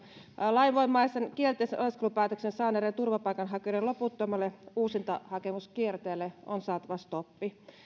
lainvoimaisen kielteisen oleskelulupapäätöksen saaneiden turvapaikanhakijoiden loputtomalle uusintahakemuskierteelle on saatava stoppi